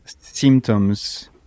symptoms